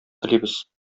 телибез